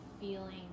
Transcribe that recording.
feeling